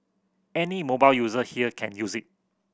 any mobile user here can use it